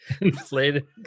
inflated